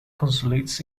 consulates